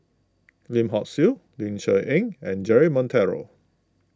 Lim Hock Siew Ling Cher Eng and Jeremy Monteiro